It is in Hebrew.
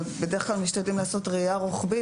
אבל בדרך כלל משתדלים לעשות ראייה רוחבית